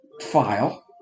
file